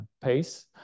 pace